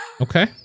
Okay